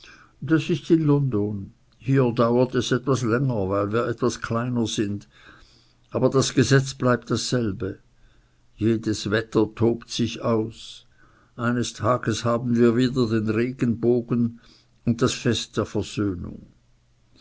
das ist in london hier dauert es etwas länger weil wir etwas kleiner sind aber das gesetz bleibt dasselbe jedes wetter tobt sich aus eines tages haben wir wieder den regenbogen und das fest der versöhnung